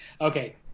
Okay